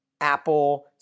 Apple